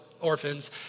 orphans